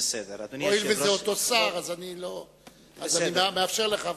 הואיל וזה אותו שר, אני מאפשר לך,